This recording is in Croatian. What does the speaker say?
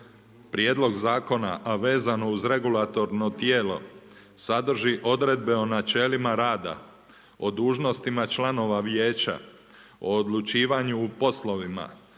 Prijedlog zakona vezano uz regulatorno tijelo sadrži odredbe o načelima rada o dužnostima članova vijeća, o odlučivanju o poslovima,